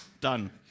Done